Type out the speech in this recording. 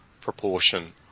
proportion